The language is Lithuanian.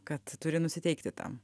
kad turi nusiteikti tam